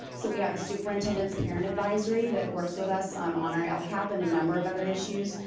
so we have the superintendent's parent advisory that works with us um on our lcap and a number of other issues.